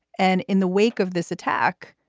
and in the wake of this attack,